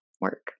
work